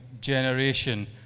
generation